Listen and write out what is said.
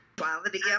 quality